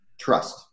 Trust